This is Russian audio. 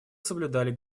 соблюдали